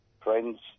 friends